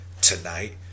tonight